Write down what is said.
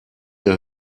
der